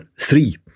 three